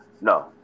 no